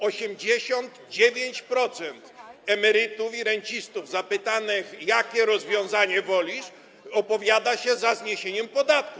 89% emerytów i rencistów, zapytanych: jakie rozwiązanie wolisz, opowiada się za zniesieniem podatku.